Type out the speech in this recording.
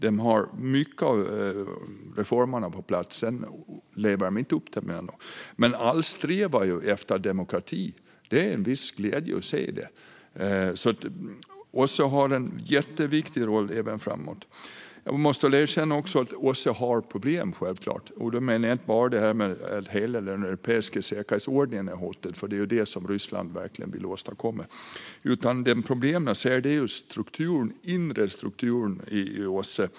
De har många av reformerna på plats. Sedan lever de inte upp till allt, men alla strävar efter demokrati. Det är en viss glädje att se det. OSSE har alltså en jätteviktig roll även framåt. Jag måste också erkänna att OSSE självklart har problem. Då menar jag inte bara detta med att hela den europeiska säkerhetsordningen är hotad, vilket är vad Ryssland verkligen vill åstadkomma. De problem jag ser gäller i stället den inre strukturen i OSSE.